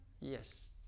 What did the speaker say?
yes